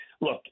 Look